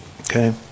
Okay